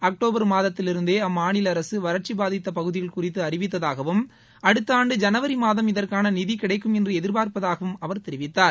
October மாதத்திலிருந்தே அம்மாநில அரசு வறட்சி பாதித்த பகுதிகள் குறித்து அறிவித்ததாகவும் அடுத்த ஆண்டு ஜனவரி மாதம் இதற்கான நிதி கிடைக்கும் என்று எதிர்பார்ப்பதாகவும் அவர் தெரிவித்தார்